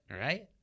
right